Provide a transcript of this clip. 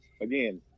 again